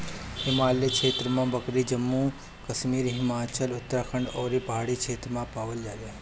हिमालय क्षेत्र में बकरी जम्मू कश्मीर, हिमाचल, उत्तराखंड अउरी पहाड़ी क्षेत्र में पावल जाले